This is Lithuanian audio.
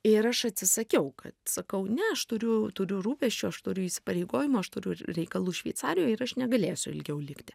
ir aš atsisakiau kad sakau ne aš turiu turiu rūpesčių aš turiu įsipareigojimų aš turiu reikalų šveicarijoj ir aš negalėsiu ilgiau likti